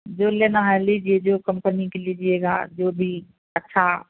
जो लेना है लीजिए जो कम्पनी का लीजिएगा जो भी अच्छा